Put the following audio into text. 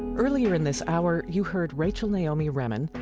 earlier in this hour, you heard rachel naomi remen,